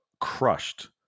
crushed